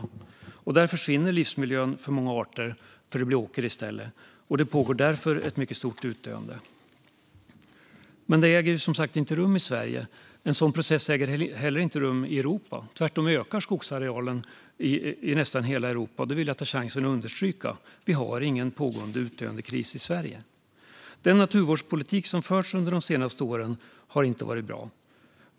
Där försvinner livsmiljön för många arter eftersom områdena blir åker. Där pågår därför ett mycket stort utdöende. Detta äger inte rum i Sverige. En sådan process äger inte heller rum i Europa. Tvärtom ökar skogsarealen i nästan hela Europa. Och jag vill ta chansen att understryka att det inte pågår en utdöendekris i Sverige. Den naturvårdspolitik som har förts under de senaste åren har inte varit bra.